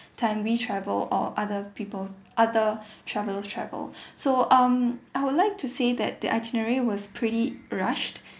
time we travel or other people other travellers travel so um I would like to say that the itinerary was pretty rushed